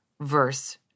verse